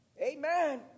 Amen